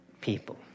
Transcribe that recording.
people